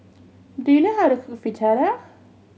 do you know how to cook Fritada